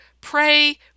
pray